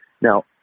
Now